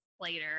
later